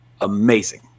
amazing